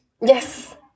Yes